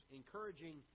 encouraging